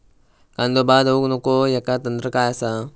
कांदो बाद होऊक नको ह्याका तंत्र काय असा?